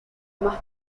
más